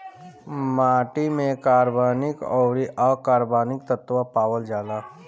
माटी में कार्बनिक अउरी अकार्बनिक तत्व पावल जाला